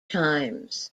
times